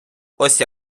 ось